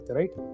right